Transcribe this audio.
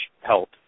help